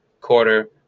quarter